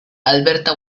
alberta